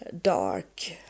dark